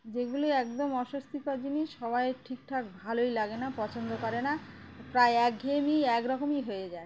যেগুলি একদম অস্বস্তিকর জিনিস সবাই ঠিকঠাক ভালোই লাগে না পছন্দ করে না প্রায় একঘেয়েমি এক রকমই হয়ে যায়